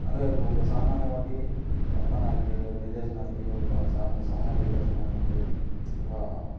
ಅಂದರೆ ಒಬ್ಬ ಒಬ್ಬ ಸಾಮಾನ್ಯವಾಗಿ ಒಬ್ಬ ನಟನಾಗಲಿ ಒಬ್ಬ ನಿರ್ದೇಶಕನಾಗ್ಲಿ ಒಬ್ಬ ಸಹ ಸಹಾಯ ನಿರ್ದೇಶಕನಾಗ್ಲಿ ಒಬ್ಬ